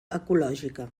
ecològica